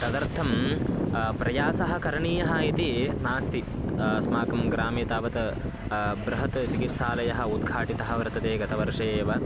तदर्थं प्रयासः करणीयः इति नास्ति अस्माकं ग्रामे तावत् बृहत् चिकित्सालयः उद्घाटितः वर्तते गतवर्षे एव